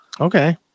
Okay